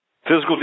physical